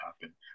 happen